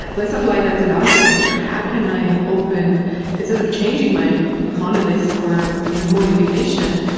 let's apply that to the architecture. how can i open instead of changing my monolith for you know mortification,